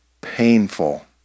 painful